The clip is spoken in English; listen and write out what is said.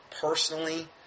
personally